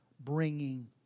bringing